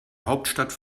hauptstadt